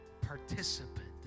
participant